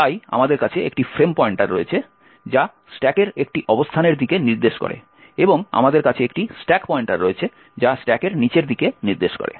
তাই আমাদের কাছে একটি ফ্রেম পয়েন্টার রয়েছে যা স্ট্যাকের একটি অবস্থানের দিকে নির্দেশ করে এবং আমাদের কাছে একটি স্ট্যাক পয়েন্টার রয়েছে যা স্ট্যাকের নিচের দিকে নির্দেশ করে